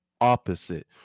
opposite